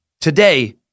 today